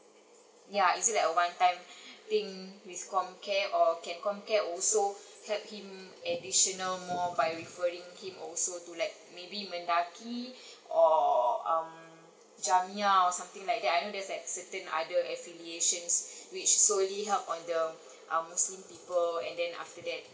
ya is it like one time thing with comcare or can comcare also help him additional more by referring him also to like maybe mendaki or um jamiyah or something like that I know there's like certain other affiliations which solely help on the um muslim people and then after that